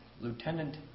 Lieutenant